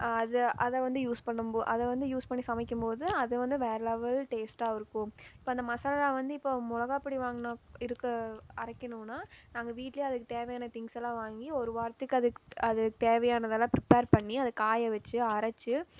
அது அதை வந்து யூஸ் பண்ணும் அதை வந்து யூஸ் பண்ணி சமைக்கும் போது அது வந்து வேறு லெவல் டேஸ்ட்டாயிருக்கும் இப்போ அந்த மசாலா வந்து இப்போ மிளகா பொடி வாங்க இருக்க அரைக்கணும்னா நாங்கள் வீட்டிலயே அதுக்கு தேவையான திங்ஸ் எல்லாம் வாங்கி ஒரு வாரத்துக்கு அது அதுக்கு தேவையானதெல்லாம் ப்ரிப்பர் பண்ணி அதை காயவச்சு அரைச்சி